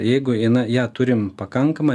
jeigu ją turim pakankamą